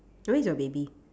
where is your baby